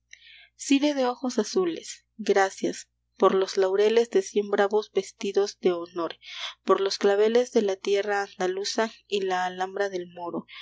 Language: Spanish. sire de ojos azules gracias por los laureles de cien bravos vestidos de honor por los claveles de la tierra andaluza y la alhambra del moro